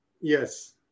Yes